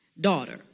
daughter